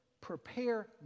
prepare